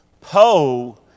Poe